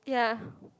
ya